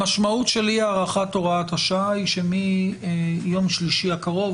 המשמעות של אי הארכת הוראת השעה היא שמיום שלישי הקרוב,